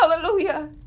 Hallelujah